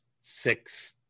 six